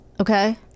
Okay